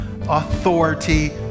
authority